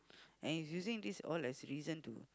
and he's using this all as reason to